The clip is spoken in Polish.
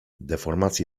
deformacje